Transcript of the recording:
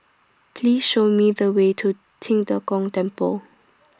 Please Show Me The Way to Qing De Gong Temple